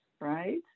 right